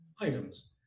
items